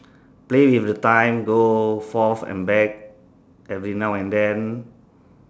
play with the time go forth and back every now and then